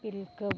Tilka